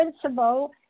principle